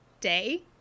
day